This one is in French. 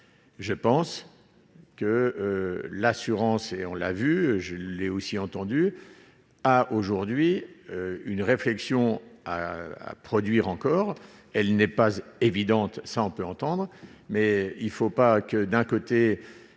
je pense que l'assurance et on l'a vu, je l'ai aussi entendu a aujourd'hui une réflexion à produire encore, elle n'est pas évidente, ça on peut entendre mais il ne faut pas que d'un côté,